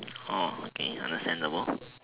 oh okay understandable